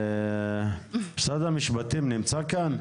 משרד המשפטים נמצא כאן?